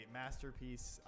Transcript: masterpiece